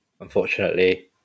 unfortunately